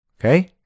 Okay